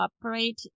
operate